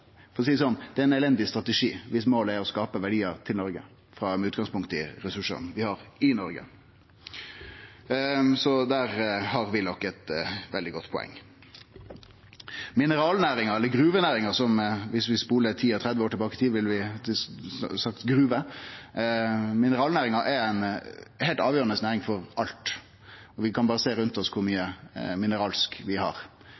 for å seie det slik – ein elendig strategi viss målet er å skape verdiar til Noreg, med utgangspunkt i dei ressursane vi har i Noreg. Så der hadde Willoch eit veldig godt poeng. Mineralnæringa – eller gruvenæringa, som vi ville ha sagt viss vi spola 30 år tilbake i tid – er ei heilt avgjerande næring for alt. Vi kan berre sjå kor mykje mineralsk vi har rundt oss: i det vi har